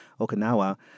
Okinawa